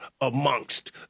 amongst